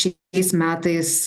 šiais metais